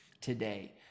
today